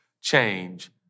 change